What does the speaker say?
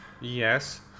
Yes